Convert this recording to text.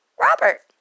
Robert